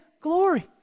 glory